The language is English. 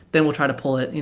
then we ll try to pull it.